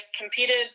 competed